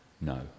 No